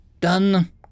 Done